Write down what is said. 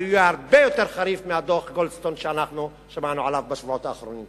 והוא יהיה הרבה יותר חריף מדוח גולדסטון ששמענו עליו בשבועות האחרונים.